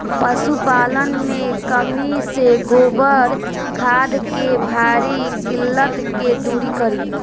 पशुपालन मे कमी से गोबर खाद के भारी किल्लत के दुरी करी?